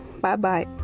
Bye-bye